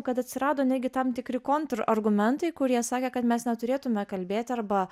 kad atsirado net gi tam tikri kontrargumentai kurie sakė kad mes neturėtume kalbėti arba